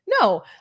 No